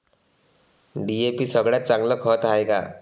DAP सगळ्यात चांगलं खत हाये का?